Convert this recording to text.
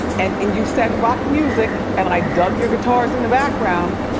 and and you sang rock music, and and i dug your guitars in the background,